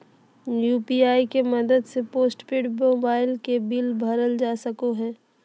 UPI के मदद से पोस्टपेड मोबाइल के बिल भरल जा सको हय